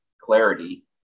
clarity